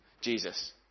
Jesus